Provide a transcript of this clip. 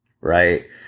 right